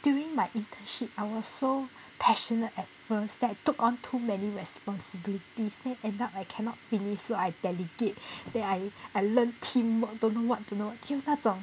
during my internship I was so passionate at first then I took on too many responsibilities then end up I cannot finish so I delegate then I I learnt teamwork don't know what don't know what 就那种